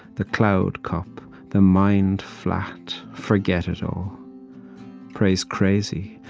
the cloud cup the mind flat, forget it all praise crazy.